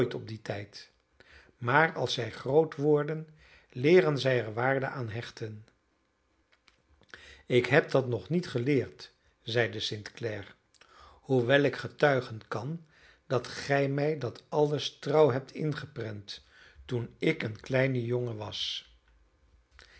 op dien tijd maar als zij groot worden leeren zij er waarde aan hechten ik heb dat nog niet geleerd zeide st clare hoewel ik getuigen kan dat gij mij dat alles trouw hebt ingeprent toen ik een kleine jongen was